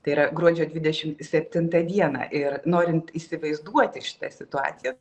tai yra gruodžio dvidešim septintą dieną ir norint įsivaizduoti šitą situaciją